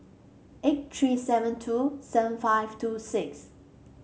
eight three seven two seven five two six